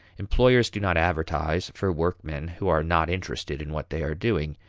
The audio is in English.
employers do not advertise for workmen who are not interested in what they are doing.